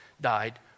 died